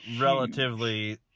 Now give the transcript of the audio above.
relatively